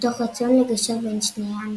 מתוך רצון לגשר בין העמים.